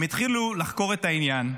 הם התחילו לחקור את העניין,